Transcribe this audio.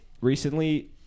recently